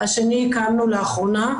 השני הקמנו לאחרונה,